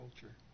culture